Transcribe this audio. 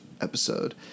episode